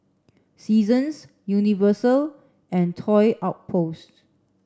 Seasons Universal and Toy Outpost